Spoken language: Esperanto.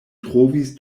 trovis